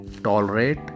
Tolerate